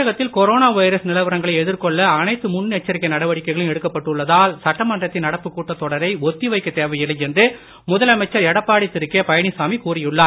தமிழகத்தில் corona virus நிலவரங்களை எதிர்கொள்ள அனைத்து முன் எச்சரிக்கை நடவடிக்கைகளும் எடுக்கப் பட்டுள்ளதால் சட்டமன்றத்தின் நடப்பு கூட்டத் தொடரை ஒத்தி வைக்க தேவையில்லை என்று முதலமைச்சர் எடப்பாடி பழனிச்சாமி கூறியுள்ளார்